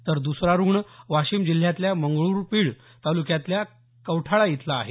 तर दुसरा रुग्ण वाशिम जिल्ह्यातल्या मंगळूरपीर तालुक्यातल्या कवठाळा इथला आहे